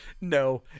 No